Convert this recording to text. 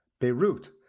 Beirut